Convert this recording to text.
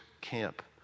camp